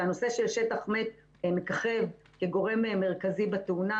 שהנושא של שטח מת מככב כגורם מרכזי בתאונה,